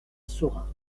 saurat